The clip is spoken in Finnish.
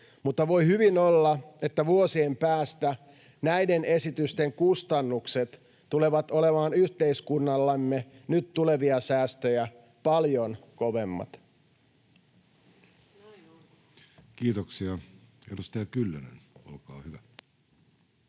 mutta voi hyvin olla, että vuosien päästä näiden esitysten kustannukset tulevat olemaan yhteiskunnallemme nyt tulevia säästöjä paljon kovemmat. Kiitoksia. — Edustaja Kyllönen, olkaa hyvä.